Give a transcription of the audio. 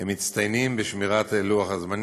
מצטיינים בשמירה על לוח הזמנים,